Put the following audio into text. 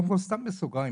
קודם כל סתם בסוגריים,